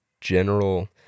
general